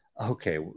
okay